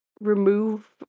remove